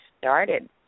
started